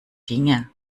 dinge